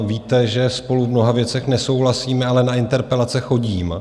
Víte, že spolu v mnoha věcech nesouhlasíme, ale na interpelace chodím.